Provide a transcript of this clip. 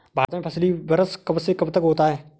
भारत में फसली वर्ष कब से कब तक होता है?